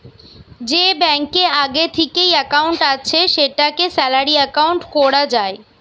যে ব্যাংকে আগে থিকেই একাউন্ট আছে সেটাকে স্যালারি একাউন্ট কোরা যায়